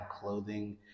clothing